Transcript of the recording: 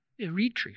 Eritrea